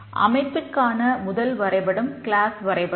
அமைப்பிற்கான முதல் வரைபடம் கிளாஸ் வரைபடம்